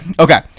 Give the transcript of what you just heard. okay